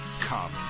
Come